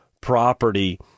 property